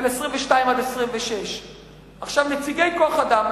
22 26. נציגי כוח-אדם,